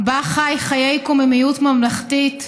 בה חי חיי קוממיות ממלכתית,